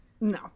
No